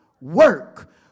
work